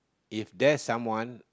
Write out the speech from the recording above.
if there's someone